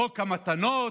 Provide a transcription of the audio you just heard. חוק המתנות.